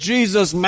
Jesus